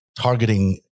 targeting